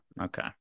Okay